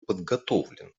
подготовлен